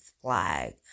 flag